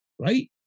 right